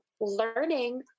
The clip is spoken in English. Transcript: learning